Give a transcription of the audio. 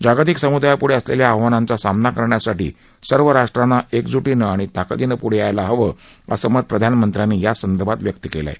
जागतिक समुदायापुढे असलेल्या आव्हानांचा सामना करण्यासाठी सर्व राष्ट्रांना एकज्टीनं आणि ताकदीनं पुढे यायला हवं असं मत प्रधानमंत्र्यांनी यासंदर्भात व्यक्त केलं आहे